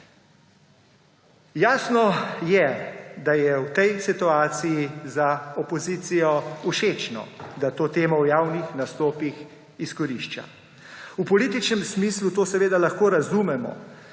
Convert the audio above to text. Jasno je, da je v tej situaciji za opozicijo všečno, da to temo v javnih nastopih izkorišča. V političnem smislu to seveda lahko razumemo,